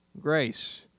grace